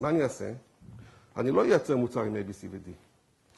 ‫מה אני אעשה? ‫אני לא אייצר מוצר עם A, B, C ו-D.